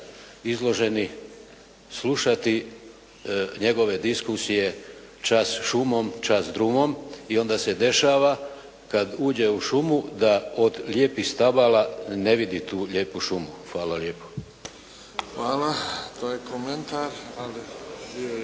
izloženi slušati njegove diskusije čas šumom čas drumom i onda se dešava kad uđe u šumu da od lijepih stabala ne vidi tu lijepu šumu. Hvala lijepo. **Bebić, Luka (HDZ)** Hvala.